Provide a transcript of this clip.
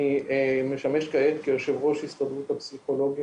אני משמש כעת כיושב ראש הסתדרות הפסיכולוגים